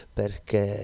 perché